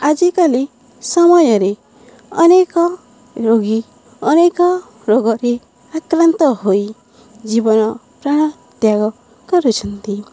ଆଜିକାଲି ସମୟରେ ଅନେକ ରୋଗୀ ଅନେକ ରୋଗରେ ଆକ୍ରାନ୍ତ ହୋଇ ଜୀବନ ପ୍ରାଣତ୍ୟାଗ କରୁଛନ୍ତି